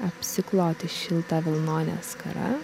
apsikloti šilta vilnone skara